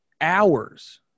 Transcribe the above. hours